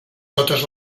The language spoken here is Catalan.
totes